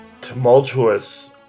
tumultuous